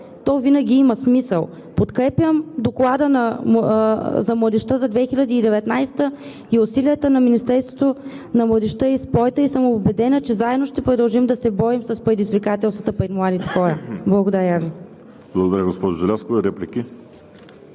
то винаги има смисъл. Подкрепям Доклада за младежта за 2019 г. и усилията на Министерството на младежта и спорта и съм убедена, че заедно ще продължим да се борим с предизвикателствата пред младите хора. Благодаря Ви.